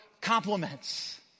compliments